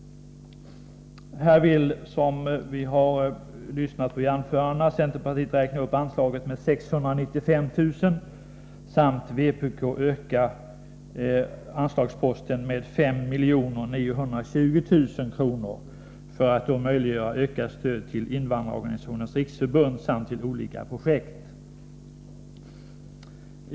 Som vi har hört i anförandena vill centerpartiet räkna upp detta anslag med 695 000 kr., medan vpk vill öka anslagsposten med 5 920 000 kr. för att möjliggöra ökat stöd till Invandrarorganisationernas riksförbund samt till olika projekt.